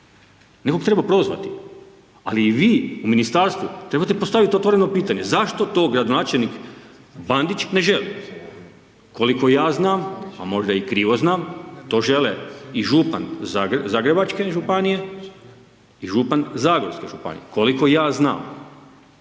Nekog treba prozvati. Ali i vi u ministarstvu trebate postaviti otvoreno pitanje zašto to gradonačelnik Bandić ne želi. Koliko ja znam a možda i krivo znam to žele i župan Zagrebačke županije i župan Zagorske županije, koliko ja znam.